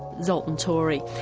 zoltan torey,